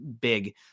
big